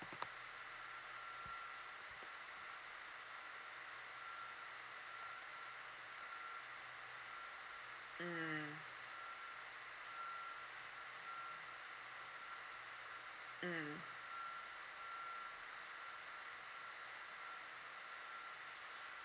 mm mm